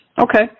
Okay